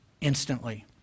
instantly